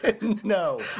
No